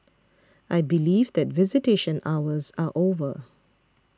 I believe that visitation hours are over